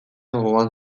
gogoan